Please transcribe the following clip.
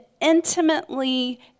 intimately